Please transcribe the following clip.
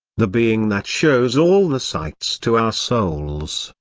the being that shows all the sights to our souls,